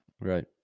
Right